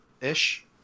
Ish